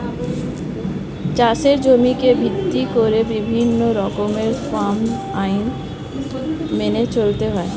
চাষের জমিকে ভিত্তি করে বিভিন্ন রকমের ফার্ম আইন মেনে চলতে হয়